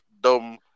dumb